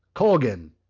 colgan,